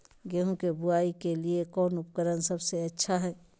गेहूं के बुआई के लिए कौन उपकरण सबसे अच्छा है?